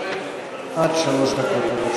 עד שלוש דקות לרשות